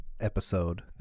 episode